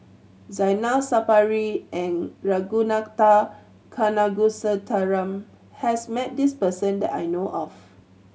Zainal Sapari and Ragunathar Kanagasuntheram has met this person that I know of